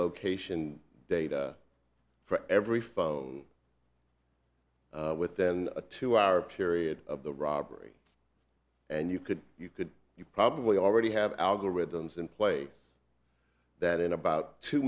location data for every phone with then a two hour period of the robbery and you could you could you probably already have algorithms in place that in about two